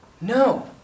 No